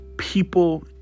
people